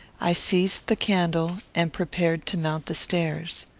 i seized the candle and prepared to mount the stairs.